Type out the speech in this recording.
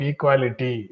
Equality